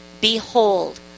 Behold